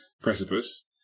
precipice